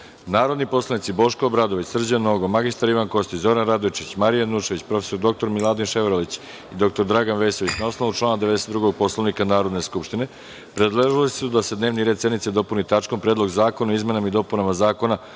predlog. Narodni poslanici Boško Obradović, Srđan Nogo, mr Ivan Kostić, Zoran Radojičić, Marija Janjušević, prof. dr Miladin Ševarlić i dr Dragan Vesović, na osnovu člana 92. Poslovnika Narodne skupštine, predložili su da se dnevni red sednice dopuni tačkom – Predlog zakona o izmenama i dopunama Zakona